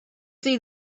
see